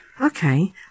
Okay